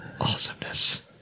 Awesomeness